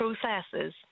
processes